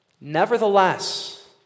nevertheless